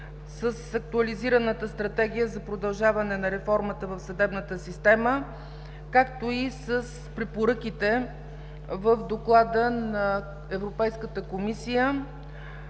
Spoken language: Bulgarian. с Актуализираната стратегия за продължаване на реформата в съдебната система, както и с препоръките в Доклада на Европейската комисия